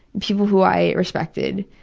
people who i respected,